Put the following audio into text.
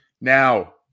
Now